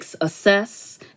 assess